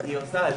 היא עושה הליך,